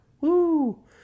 Woo